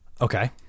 Okay